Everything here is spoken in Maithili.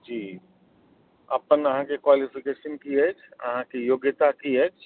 जी अपन अहाँके क्वालिफिकेशन की अछि अहाँके योग्यता की अछि